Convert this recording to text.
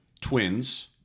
Twins